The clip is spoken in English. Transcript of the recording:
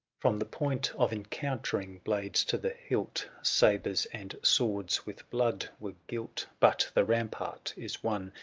from the point of encountering blades to the hilt. sabres and swords with blood were gilt but the rampart is won,